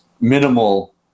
minimal